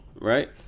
right